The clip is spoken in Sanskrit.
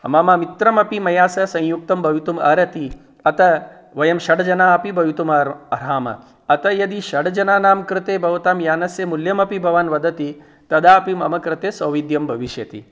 मम मित्रं अपि मया सह संयुक्तं भवितुं अर्हति अतः वयं षड् जनाः अपि भवितुं अर्ह अर्हामः अतः यदि षड्जनानां कृते भवतां यानस्य मूल्यं अपि भवान् वदति तदा अपि मम कृते सौविध्यं भविष्यति